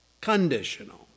Conditional